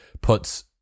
puts